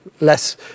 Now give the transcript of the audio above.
less